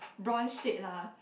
bronze shade lah